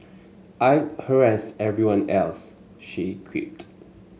I'd harass everyone else she quipped